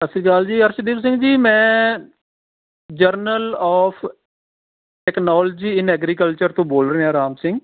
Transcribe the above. ਸਤਿ ਸ਼੍ਰੀ ਅਕਾਲ ਜੀ ਅਰਸ਼ਦੀਪ ਸਿੰਘ ਜੀ ਮੈਂ journal of technology in agriculture ਤੋਂ ਬੋਲ ਰਿਹਾ ਰਾਮ ਸਿੰਘ